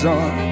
on